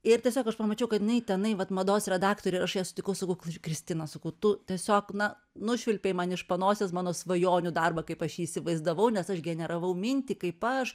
ir tiesiog aš pamačiau kad jinai tenai vat mados redaktorė ir aš ją sutikau sakau kristina sakau tu tiesiog na nušvilpei man iš panosės mano svajonių darbą kaip aš jį įsivaizdavau nes aš generavau mintį kaip aš